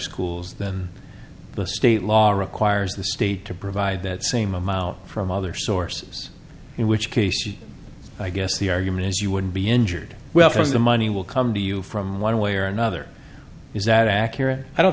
schools then the state law requires the state to provide that same amount from other sources in which case he i guess the argument is you would be injured well from the money will come to you from one way or another is that accurate i don't